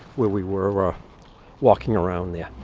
where we were walking around there.